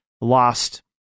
lost